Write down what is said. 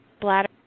bladder